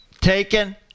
taken